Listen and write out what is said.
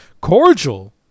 cordial